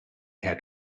have